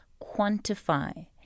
quantify